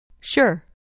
Sure